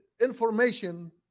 information